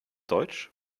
deutsch